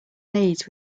needs